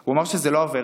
הוא אמר שזה לא עבירה